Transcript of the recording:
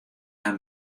har